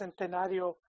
Centenario